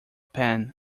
pen